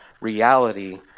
reality